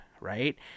right